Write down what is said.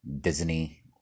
Disney